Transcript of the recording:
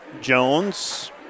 Jones